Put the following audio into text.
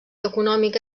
econòmica